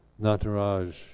Nataraj